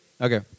Okay